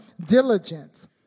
diligence